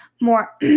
more